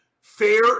fair